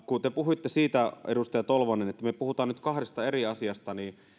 kun te puhuitte siitä edustaja tolvanen että me puhumme nyt kahdesta eri asiasta niin